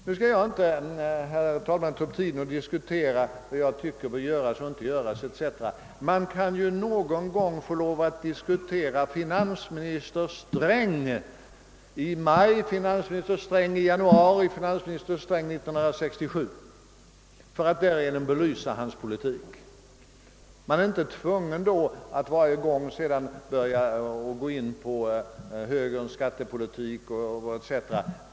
Nu skall jag inte uppta tiden med att diskutera hur jag tycker att vi bör göra och inte göra, men man kan ju någon gång få lov att diskutera finansminister Sträng i maj, finansminister Sträng i januari och finansminister Sträng 1967 för att därigenom belysa hans politik. Man är inte tvungen att varje gång gå in på högerns skattepolitik o. s. v.